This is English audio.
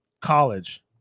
college